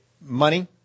money